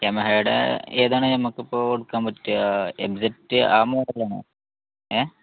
യമഹായുടെ ഏതാണ് നമ്മൾക്ക് ഇപ്പോൾ കൊടുക്കാൻ പറ്റിയ എക്സാക്റ്റ് ആ മോഡൽ ആണോ ഏ